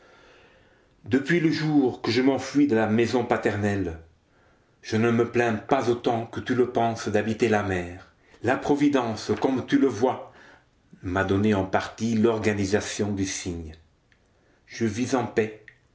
depuis le jour que je m'enfuis de la maison paternelle je ne me plains pas autant que tu le penses d'habiter la mer et ses grottes de cristal la providence comme tu le vois m'a donné en partie l'organisation du cygne je vis en paix